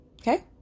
Okay